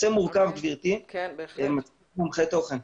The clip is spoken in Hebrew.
גברתי, זה נושא מורכב.